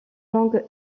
langue